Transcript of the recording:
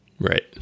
Right